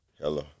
Hello